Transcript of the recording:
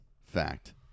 fact